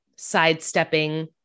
sidestepping